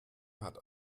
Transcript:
hat